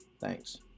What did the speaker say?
thanks